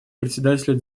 председателя